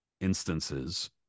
instances